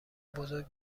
بزرگ